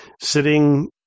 sitting